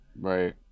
Right